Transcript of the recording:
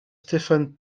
stéphane